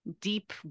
deep